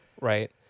Right